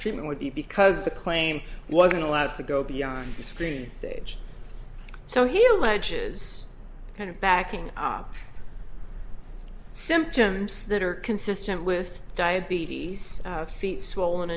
treatment would be because the claim wasn't allowed to go beyond the screen stage so he alleges kind of backing up symptoms that are consistent with diabetes feet swollen